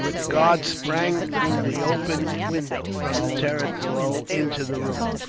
the guard sprang through the open window, from the terrace below, into the room.